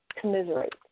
commiserate